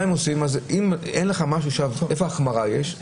איזה החמרה יש?